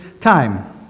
time